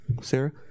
Sarah